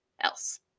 else